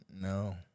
No